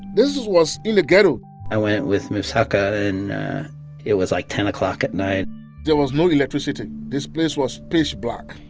this was in the ghetto i went with mosoka, and it was like ten o'clock at night there was no electricity. this place was pitch black.